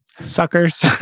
Suckers